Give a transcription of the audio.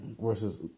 versus